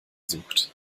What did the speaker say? sucht